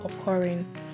occurring